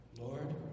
Lord